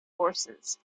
forces